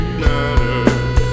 matters